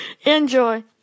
Enjoy